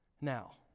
now